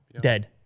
Dead